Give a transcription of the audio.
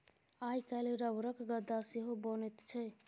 आइ काल्हि रबरक गद्दा सेहो बनैत छै